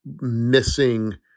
missing